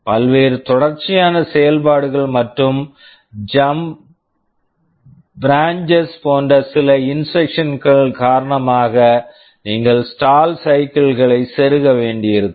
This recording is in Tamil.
பல்வேறு தொடர்ச்சியான செயல்பாடுகள் மற்றும் ஜம்ப்ஸ் jumps பிரான்செஸ் branches போன்ற சில இன்ஸ்ட்ரக்க்ஷன்ஸ் instructions கள் காரணமாக நீங்கள் ஸ்டால் stall சைக்கிள்ஸ் cycles களை செருக வேண்டியிருக்கும்